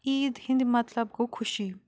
عیٖد ہنٛد مطلب گوٚو خوشی